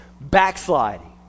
backsliding